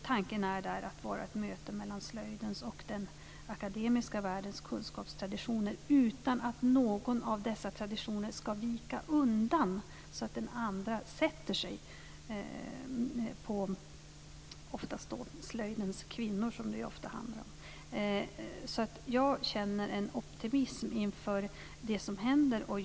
Tanken är där att det ska vara ett möte mellan slöjdens och den akademiska världens kunskapstraditioner utan att någon av dessa traditioner ska vika undan. Det får inte bli så att den andra parten sätter sig på slöjdens kvinnor, som det ju ofta handlar om. Jag känner en optimism inför det som händer.